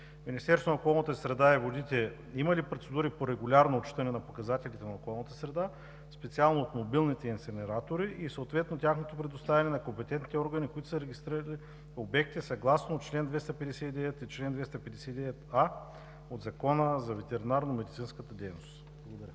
Министерството на околната среда и водите има ли процедури по регулярно отчитане на показателите на околната среда, специално от мобилните инсинератори и съответно тяхното предоставяне на компетентните органи, които са регистрирали обектите съгласно чл. 259 и чл. 259а от Закона за ветеринарномедицинската дейност?